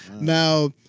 Now